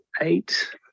eight